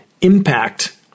impact